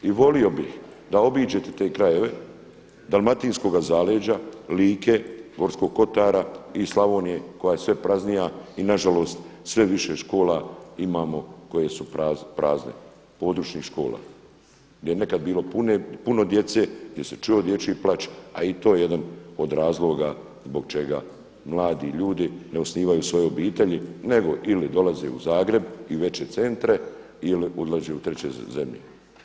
I volio bih da obiđete te krajeve Dalmatinskoga zaleđa, Like, Gorskog Kotara i Slavonije koja je sve praznija i nažalost sve više škola imamo koje su prazne, područnih škola gdje je nekad bilo puno djece, gdje se čuo dječji plač a i to je jedan od razloga zbog čega mladi ljudi ne osnivaju svoje obitelji nego ili dolaze u Zagreb i veće centre ili odlaze u treće zemlje.